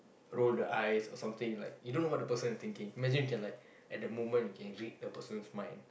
roll the eyes or something like you don't know what the person is thinking imagine you can like at the moment you can read the person's mind